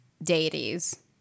deities